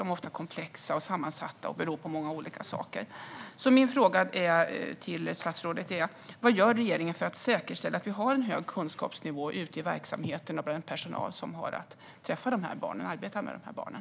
De är ofta komplexa och sammansatta och beror på många olika saker. Min fråga till statsrådet är: Vad gör regeringen för att säkerställa att vi har en hög kunskapsnivå ute i verksamheterna bland den personal som har att träffa och arbeta med de här barnen?